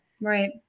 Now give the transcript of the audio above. Right